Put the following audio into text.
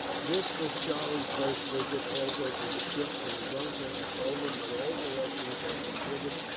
this was charlie's first visit, also, to the ship, for his uncle had told him that all directions had been given,